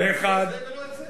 אחד, לא זה ולא זה.